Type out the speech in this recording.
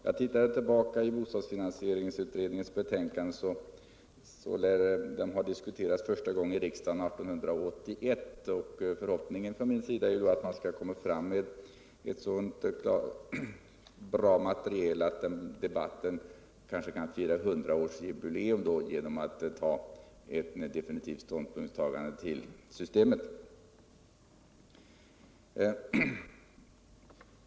Jag gick tillbaka till bostadsfinansieringsutredningens betänkande och såg att frågan diskuterades första gången i riksdagen år 1881. Förhoppningen från min sida är att man skall komma med ctt så bra material att ett definitivt ståndpunktstagande till systemet kan fattas såsom hundraårsjubileum.